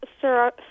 Sir